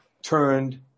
turned